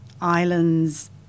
islands